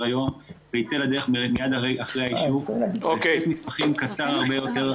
היום וייצא מיד אחרי האישור זה --- מסמכים קצר הרבה יותר,